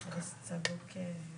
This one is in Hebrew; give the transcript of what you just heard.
איך היא הולכת להשפיע על התעסוקה,